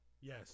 Yes